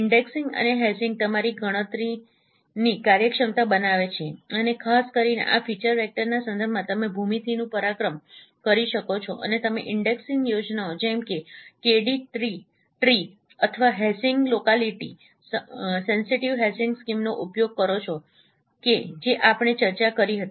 indexing અને hashing તમારી ગણતરીની કાર્યક્ષમતા બનાવે છે અને ખાસ કરીને આ ફીચર વેક્ટરના સંદર્ભમાં તમે ભૂમિતિનું પરાક્રમ કરી શકો છો અને તમે ઇન્ડેક્સીંગ યોજનાઓ જેમ કે કે ડી ટ્રી અથવા હેશીંગ લોકાલિટીસંવેદનશીલ હેશીંગ સ્કીમ્સનો ઉપયોગ કરો છો કે જે આપણે ચર્ચા કરી હતી